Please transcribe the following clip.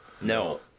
No